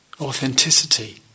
authenticity